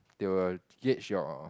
they will catch your